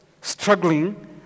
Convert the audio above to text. struggling